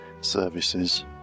services